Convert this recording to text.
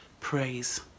praise